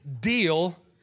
deal